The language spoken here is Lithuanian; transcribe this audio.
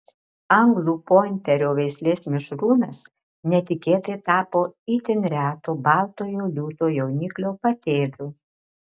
anglų pointerio veislės mišrūnas netikėtai tapo itin reto baltojo liūto jauniklio patėviu